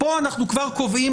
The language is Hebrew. פה אנחנו כבר קובעים,